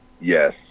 Yes